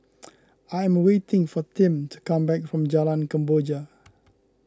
I am waiting for Tim to come back from Jalan Kemboja